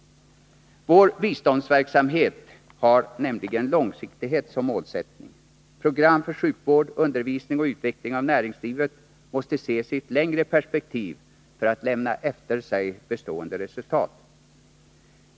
Vår biståndsverksamhet har nämligen långsiktighet som målsättning. Program för sjukvård, undervisning och utveckling av näringslivet måste ses i ett längre perspektiv för att lämna efter sig bestående resultat.